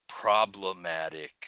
problematic